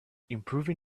improving